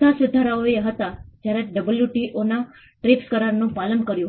ખાસ કરીને અમારા જેવા G નોર્થ વોર્ડનો સમાવેશ